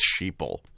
sheeple